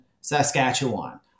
Saskatchewan